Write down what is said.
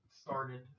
started